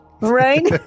Right